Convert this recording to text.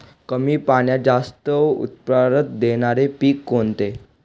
कमी पाण्यात जास्त उत्त्पन्न देणारे पीक कोणते?